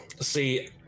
See